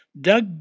Doug